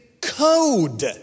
code